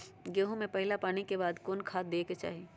गेंहू में पहिला पानी के बाद कौन खाद दिया के चाही?